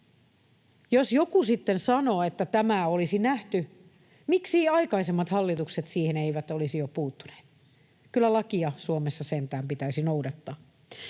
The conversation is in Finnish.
Jos joku sitten sanoo, että tämä olisi nähty, miksi aikaisemmat hallitukset siihen eivät olisi jo puuttuneet? Kyllä lakia Suomessa sentään pitäisi noudattaa.